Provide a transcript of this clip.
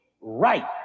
right